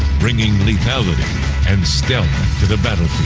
bringing lethality and stealth to the battlefield,